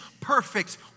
perfect